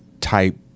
type